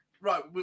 Right